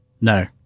no